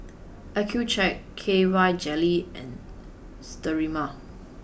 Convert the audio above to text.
Accucheck K Y Jelly and Sterimar